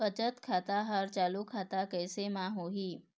बचत खाता हर चालू खाता कैसे म होही?